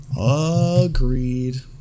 agreed